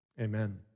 amen